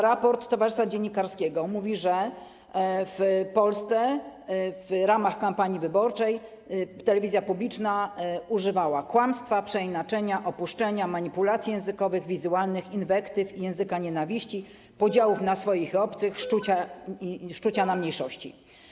Raport Towarzystwa Dziennikarskiego mówi zaś, że w Polsce w ramach kampanii wyborczej telewizja publiczna używała kłamstwa, przeinaczenia, opuszczenia, manipulacji językowych, wizualnych, inwektyw, języka nienawiści, podziałów na swoich i obcych, szczucia na mniejszości.